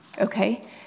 okay